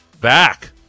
back